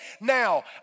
Now